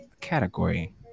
category